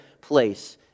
place